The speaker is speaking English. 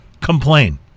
Complain